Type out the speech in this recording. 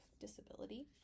disability